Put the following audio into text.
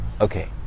okay